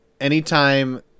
anytime